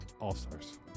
All-Stars